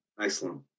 Excellent